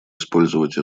использовать